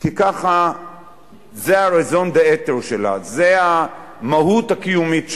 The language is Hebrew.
כי זה ה-raison d’être שלה, זו המהות הקיומית שלה.